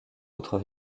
autres